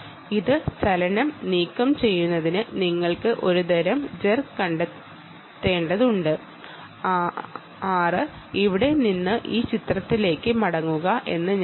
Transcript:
A to B B to C